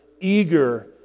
eager